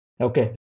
Okay